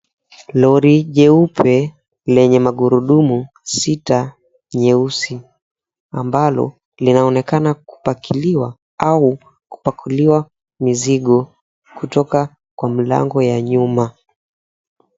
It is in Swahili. Lori jeupe lenye magurudumu sita nyeusi ambalo linaonekana kupakiliwa au kupakuliwa mizigo kutoka kwa mlango ya nyuma.